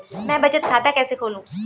मैं बचत खाता कैसे खोलूं?